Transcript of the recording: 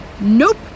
nope